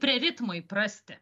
prie ritmo įprasti